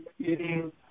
eating